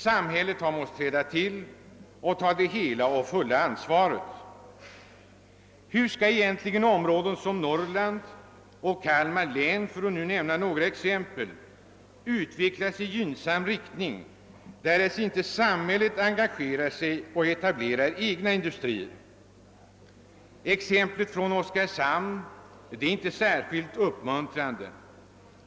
Samhället har måst träda till och ta det hela och fulla ansvaret. Hur skall egentligen områden som Norrland och Kalmar län — för att här bara nämna några exempel — kunna utvecklas i gynnsam riktning, om inte samhället enga gerar sig där och etablerar egna industrier? Exemplet från Oskarshamn är inte särskilt uppmuntrande.